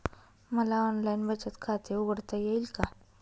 मला ऑनलाइन बचत खाते उघडता येईल का?